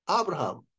Abraham